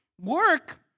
work